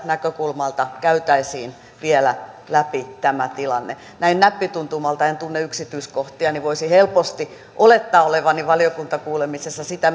näkökulmalta käytäisiin vielä läpi tämä tilanne on hyvä näin näppituntumalta en tunne yksityiskohtia voisin helposti olettaa olevani valiokuntakuulemisessa sitä